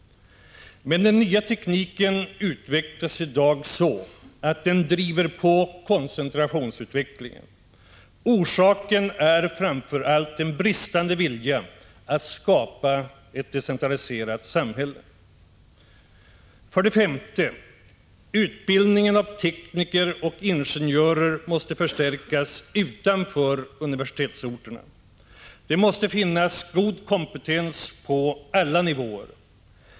Men den nya tekniken utvecklas i dag så att den driver på koncentrationsutvecklingen. Orsaken är framför allt en bristande vilja att skapa ett decentraliserat samhälle. 5. Utbildningen av tekniker och ingenjörer måste förstärkas utanför universitetsorterna. Det måste finnas god kompetens på alla nivår.